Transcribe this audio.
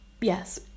Yes